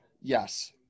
Yes